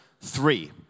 three